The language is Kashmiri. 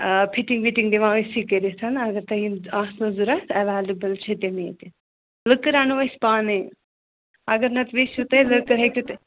آ فِٹِنٛگ وِٹِنٛگ دِوان أسی کٔرِتھ اگر تۄہہِ یِم آسنو ضوٚرَتھ ایولیبٕل چھِ تِم ییٚتہِ لٔکٕر اَنو أسۍ پانَے اگر نَتہٕ ییٚژھیو تُہۍ لٔکٕر ہیٚکِو تہٕ